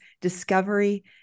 discovery